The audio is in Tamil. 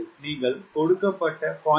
நீங்கள் கொடுக்கப்பட்ட 0